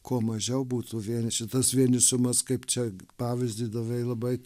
kuo mažiau būtų vieniši tas vienišumas kaip čia pavyzdį davei labai